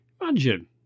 Imagine